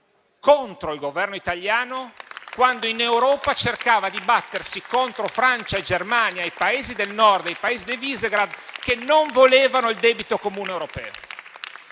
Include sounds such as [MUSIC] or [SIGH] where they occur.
contro il Governo italiano [APPLAUSE] quando in Europa cercava di battersi contro la Francia, la Germania, i Paesi del Nord e quelli di Visegrad, che non volevano il debito comune europeo